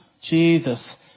Jesus